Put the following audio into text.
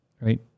Right